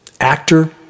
actor